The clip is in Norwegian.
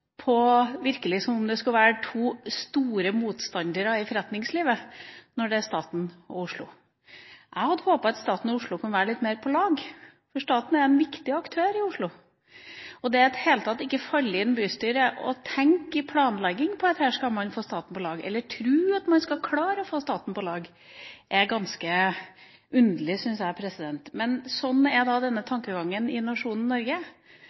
på tomta for Operaen, tror jeg det ble slik at det er 20 cm rundt kanten av Operaen som tilhører staten – for det var ikke snakk om å kjøpe 1 mm mer av kommunen. I alle forhandlinger mellom staten og Oslo virker det som om disse skulle være to store motstandere i forretningslivet. Jeg hadde håpet at staten og Oslo kunne være litt mer på lag, for staten er en viktig aktør i Oslo. At det i det hele tatt ikke faller bystyret inn å tenke i forbindelse med planleggingen at her skal man klare å få staten